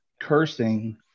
cursing